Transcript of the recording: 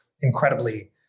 incredibly